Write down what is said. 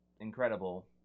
incredible